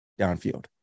downfield